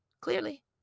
clearly